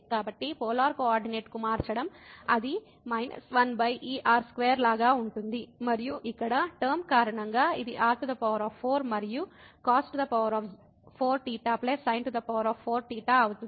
కాబట్టి పోలార్ కోఆర్డినేట్కు మార్చడం అది e 1r2లాగా ఉంటుంది మరియు ఇక్కడ టర్మ కారణంగా ఇది r4 మరియు cos4θ sin4θ అవుతుంది